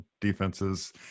defenses